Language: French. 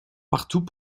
partout